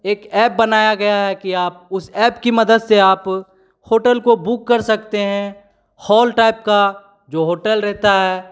एक ऐप बनाया गया है कि आप उस ऐप की मदद से आप होटल को बुक कर सकते हैं हॉल टाइप का जो होटल रहता है